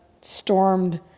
stormed